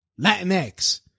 Latinx